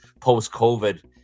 post-covid